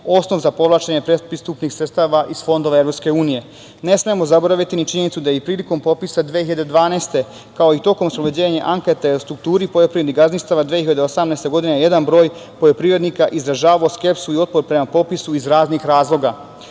osnov za povlačenje predprestupnih sredstava iz fondova EU. Ne smemo zaboraviti ni činjenicu da je i prilikom popisa 2012. godine, kao i tokom sprovođenja ankete o strukturi poljoprivrednih gazdinstava 2018. godine jedan broj poljoprivrednika izražava skepsu i otpor prema popisu iz raznih razloga. Na